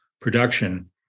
production